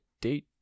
date